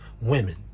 women